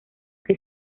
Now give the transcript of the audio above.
que